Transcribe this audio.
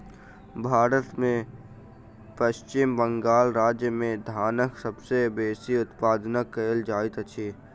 भारत में पश्चिम बंगाल राज्य में धानक सबसे बेसी उत्पादन कयल जाइत अछि